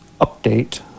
update